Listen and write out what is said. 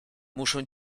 muszę